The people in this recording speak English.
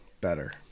Better